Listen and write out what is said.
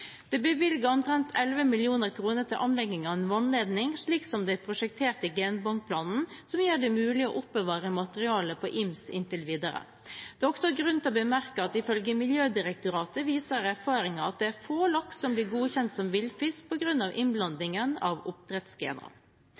Det er bevilget omtrent 11 mill. kr til å anlegge en vannledning, slik det er prosjektert i genbankplanen, som gjør det mulig å oppbevare materialet på Ims inntil videre. Det er også grunn til å bemerke at ifølge Miljødirektoratet viser erfaringer at det er få laks som blir godkjent som villfisk på grunn av innblandingen av oppdrettsgener.